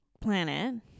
planet